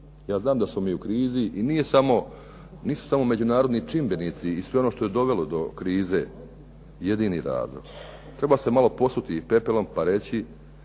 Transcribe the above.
Ja znam da smo mi u krizi i nisu samo međunarodni čimbenici i sve ono što je dovelo do krize jedini razlog. Treba se malo posuti pepelom pa reći